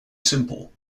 simple